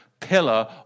pillar